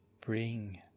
bring